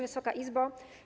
Wysoka Izbo!